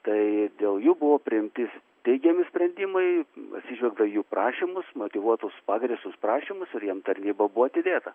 tai dėl jų buvo priimti teigiami sprendimai atsižvelgta į jų prašymus motyvuotus pagrįstus prašymus ir jiem tarnyba buvo atidėta